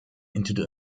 into